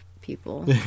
people